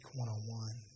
one-on-one